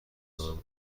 خواهم